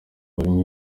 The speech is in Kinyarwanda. barimo